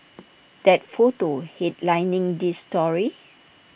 that photo headlining this story